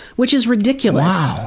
which is ridiculous. wow.